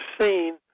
seen